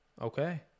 Okay